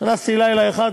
נכנסתי לילה אחד,